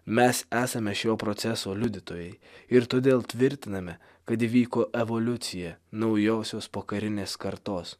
mes esame šio proceso liudytojai ir todėl tvirtiname kad įvyko evoliucija naujosios pokarinės kartos